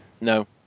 no